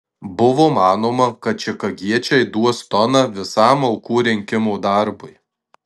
buvo manoma kad čikagiečiai duos toną visam aukų rinkimo darbui